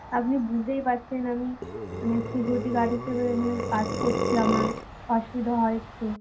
আপনি বুঝতেই পারছেন আমি মানে সিকিউরিটি গার্ড হিসেবে এখানে কাজ করছি আমার অসুবিধা হয় একটু